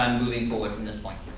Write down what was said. moving forward from this point.